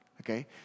Okay